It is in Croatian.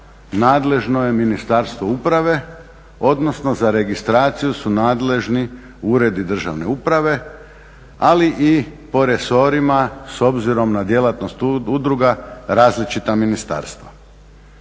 nadležno je Ministarstvo uprave, odnosno za registraciju su nadležni uredi državne uprave ali i po resorima s obzirom na djelatnost udruga različita ministarstva.